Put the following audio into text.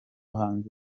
hanze